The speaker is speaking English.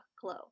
glow